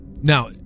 Now